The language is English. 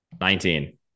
Nineteen